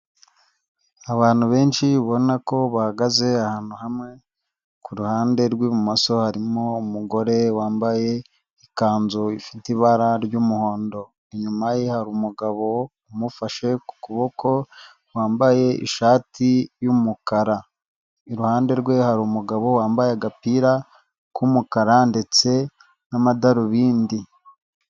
Abantu benshi ubona ko bahagaze ahantu hamwe ku ruhande rw'ibumoso harimo umugore wambaye ikanzu ifite ibara ry'umuhondo, inyuma ye hari umugabo umufashe ku kuboko wambaye ishati y'umukara, iruhande rwe hari umugabo wambaye agapira k'umukara ndetse n'amadarubindi.